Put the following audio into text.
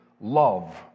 love